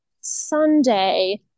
Sunday